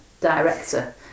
director